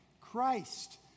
Christ